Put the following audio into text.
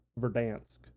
verdansk